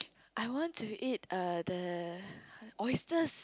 I want to eat err the oysters